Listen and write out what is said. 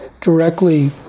directly